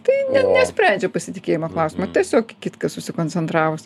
tai ne nesprendžia pasitikėjimo klausimo tiesiog į kitką susikoncentravus